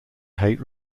hate